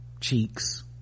cheeks